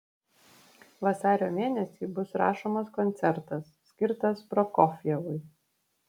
vasario mėnesį bus rašomas koncertas skirtas prokofjevui